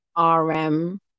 rm